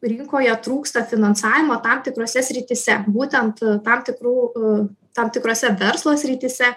rinkoje trūksta finansavimo tam tikrose srityse būtent tam tikrų tam tikrose verslo srityse